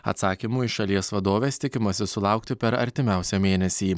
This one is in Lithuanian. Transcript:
atsakymų iš šalies vadovės tikimasi sulaukti per artimiausią mėnesį